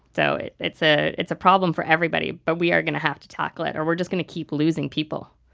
so it's ah it's a problem for everybody, but we are going to have to tackle it, or we're just going to keep losing people